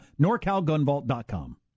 NorCalGunVault.com